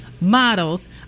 models